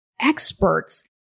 experts